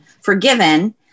forgiven